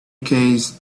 case